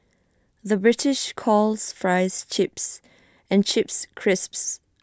the British calls Fries Chips and Chips Crisps